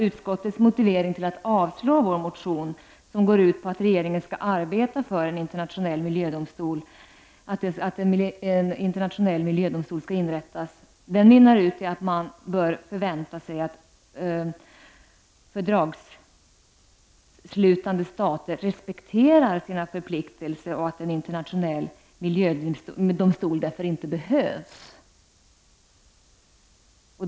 Utskottets motivering för att avslå vår motion, som går ut på att regeringen skall arbeta för att en internationell miljödomstol inrättas, mynnar ut i att man bör förvänta sig att fördragsslutande stater respekterar sina förpliktelser och att en internationell miljödomstol därför inte behövs.